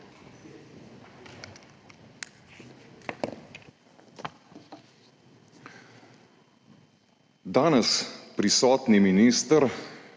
Danes prisotni minister